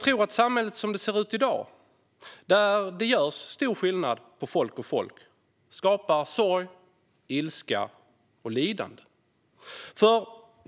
Men som samhället i dag ser ut, där det görs stor skillnad på folk och folk, skapas sorg, ilska och lidande.